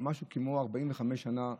משהו כמו 45 שנה אחורנית.